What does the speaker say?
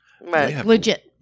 Legit